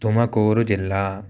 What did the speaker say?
तुमकूरुजिल्ला